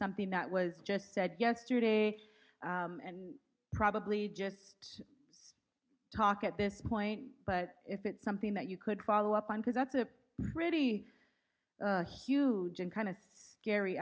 something that was just said yesterday and probably just talk at this point but if it's something that you could follow up on because that's a pretty huge and kind of scary